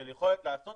של יכולת לעשות